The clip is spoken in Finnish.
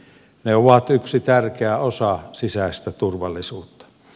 ne ovat yksi tärkeä osa sisäistä turvallisuutta